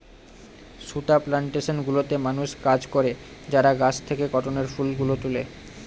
সুতা প্লানটেশন গুলোতে মানুষ কাজ করে যারা গাছ থেকে কটনের ফুল গুলো তুলে